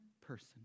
person